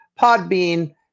Podbean